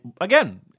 again